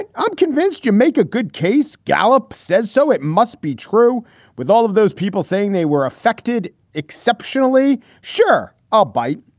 i'm convinced you make a good case. gallup says. so it must be true with all of those people saying they were affected exceptionally. sure, i'll bite.